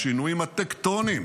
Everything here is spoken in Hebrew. לשינויים הטקטוניים